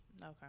Okay